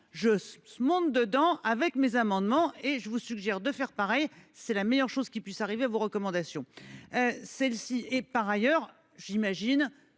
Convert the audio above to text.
je monte dedans avec mes amendements. Je vous suggère de faire de même, c'est la meilleure chose qui puisse arriver à vos recommandations ! J'imagine par ailleurs que